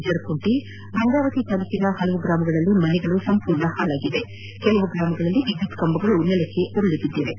ಜರಕುಂಟಿ ಗಂಗಾವತಿ ತಾಲೂಕಿನ ಹಲವಾರು ಗ್ರಾಮಗಳಲ್ಲಿ ಮನೆಗಳು ಸಂಪೂರ್ಣ ಹಾಳಾಗಿವೆ ಕೆಲವು ಗ್ರಾಮಗಳಲ್ಲಿ ವಿದ್ಯುತ್ ಕಂಬಗಳು ನೆಲಕ್ಕೆ ಉರುಳಿವೆ